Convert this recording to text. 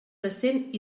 decent